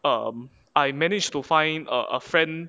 um I managed to find a a friend